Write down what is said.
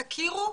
תכירו,